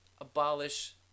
Abolish